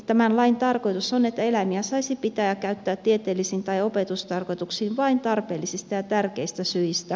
tämän lain tarkoitus on että eläimiä saisi pitää ja käyttää tieteellisiin tai opetustarkoituksiin vain tarpeellisista ja tärkeistä syistä